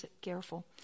careful